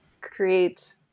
create